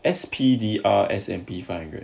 S_P_D_R S&P five hundred